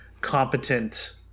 competent